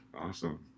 Awesome